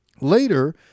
Later